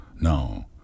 now